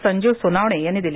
संजीव सोनावणे यांनी दिली